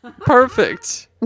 Perfect